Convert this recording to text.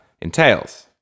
entails